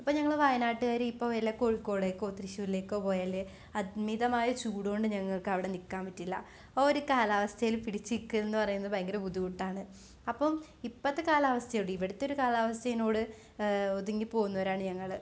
അപ്പോള് ഞങ്ങള് വയനാട്ടുകാര് ഇപ്പോള് വല്ല കോഴിക്കോട്ടേക്കോ തൃശ്ശൂരിലേക്കോ പോയാല് അമിതമായ ചൂടുകൊണ്ട് ഞങ്ങള്ക്കവിടെ നില്ക്കാന് പറ്റില്ല ആ ഒരു കാലാവസ്ഥയില് പിടിച്ചുനില്ക്കുകയെന്ന് പറയുന്നത് ഭയങ്കരം ബുദ്ധിമുട്ടാണ് അപ്പം ഇപ്പോഴത്തെ കാലാവസ്ഥയോട് ഇവിടുത്തെ ഒരു കാലാവസ്ഥയോട് ഒതുങ്ങിപ്പോകുന്നവരാണ് ഞങ്ങള്